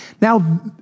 now